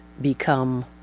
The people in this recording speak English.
become